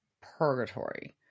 purgatory